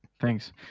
thanks